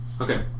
okay